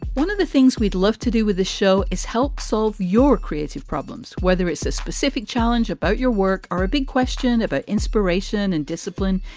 one of the things we'd love to do with the show is help solve your creative problems, whether it's a specific challenge about your work or a big question about inspiration and discipline.